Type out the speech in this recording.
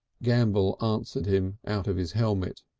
gambell answered him out of his helmet.